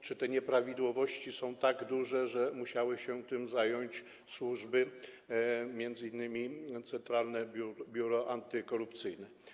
Czy te nieprawidłowości są tak duże, że musiały się tym zająć służby, m.in. Centralne Biuro Antykorupcyjne?